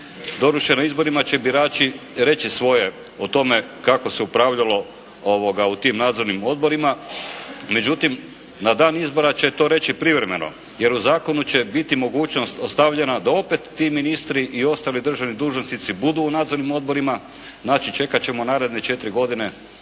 doduše na izborima će birači reći svoje o tome kako se upravljalo u tim nadzornim odborima. Međutim na dan izbora će to reći privremeno, jer u zakonu će biti mogućnost ostavljena da opet ti ministri i ostali državni dužnosnici budu u nadzornim odborima, znači čekat ćemo naredne 4 godine